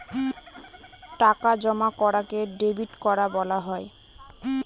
টাকা জমা করাকে ডেবিট করা বলা হয়